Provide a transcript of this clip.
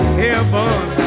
heaven